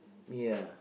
ya